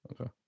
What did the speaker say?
Okay